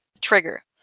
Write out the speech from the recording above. trigger